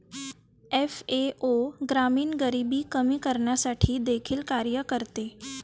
FAO ग्रामीण गरिबी कमी करण्यासाठी देखील कार्य करते